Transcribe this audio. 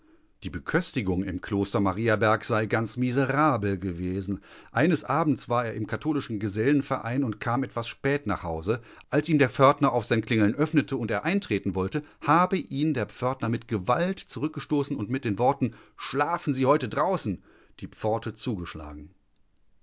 die beköstigung im kloster mariaberg sei ganz miserabel gewesen eines abends war er im katholischen gesellenverein und kam etwas spät nach hause als ihm der pförtner auf sein klingeln öffnete und er eintreten wollte habe ihn der pförtner mit gewalt zurückgestoßen und mit den worten schlafen sie heute draußen die pforte zugeschlagen